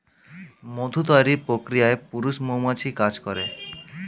মধু তৈরির প্রক্রিয়ায় পুরুষ মৌমাছি কাজ করে